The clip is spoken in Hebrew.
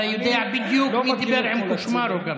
אתה יודע בדיוק מי דיבר עם קושמרו.